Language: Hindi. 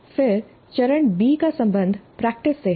फिर चरण बी का संबंध प्रैक्टिस से है